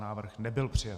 Návrh nebyl přijat.